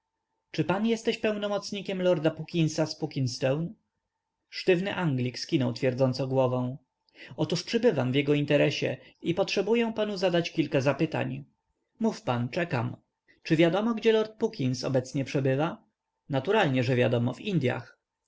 czy pan jesteś pełnomocnikiem lorda puckinsa z puckinstone sztywny anglik skinął twierdząco głową otóż przybywam w jego interesie i potrzebuję panu zadać kilka zapytań mów pan czekam czy wiadomo gdzie lord puckins obecnie przebywa naturalnie że wiadomo w indyach